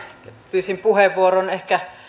pyysin puheenvuoron ehkä viides painike